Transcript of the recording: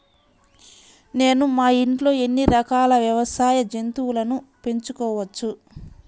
నేను మా ఇంట్లో ఎన్ని రకాల వ్యవసాయ జంతువులను పెంచుకోవచ్చు?